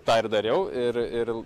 tą ir dariau ir ir